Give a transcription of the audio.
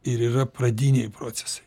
ir yra pradiniai procesai